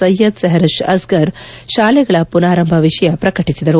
ಸೈಯದ್ ಸೆಪರಿಶ್ ಅಸ್ಸರ್ ಶಾಲೆಗಳ ಪುನರಾರಂಭ ವಿಷಯ ಪ್ರಕಟಿಸಿದರು